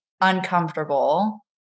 uncomfortable